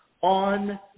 on